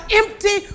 empty